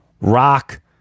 rock